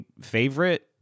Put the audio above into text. favorite